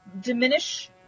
diminish